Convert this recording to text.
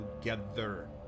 together